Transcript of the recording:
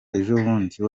ejobundi